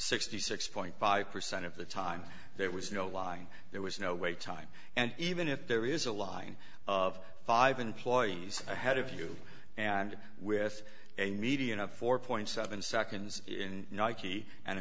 sixty six five percent of the time there was no lying there was no wait time and even if there is a line of five employees ahead of you and with a median of four seven seconds in nike and a